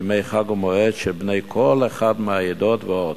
ימי חג ומועד של בני כל אחת מהעדות ועוד.